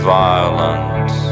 violence